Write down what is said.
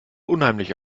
unheimlich